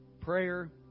prayer